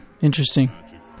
interesting